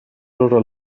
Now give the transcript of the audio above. loro